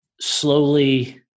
slowly